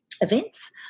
events